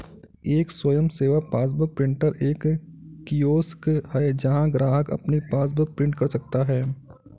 एक स्वयं सेवा पासबुक प्रिंटर एक कियोस्क है जहां ग्राहक अपनी पासबुक प्रिंट कर सकता है